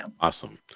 awesome